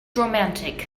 romantic